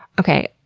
okay,